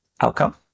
outcome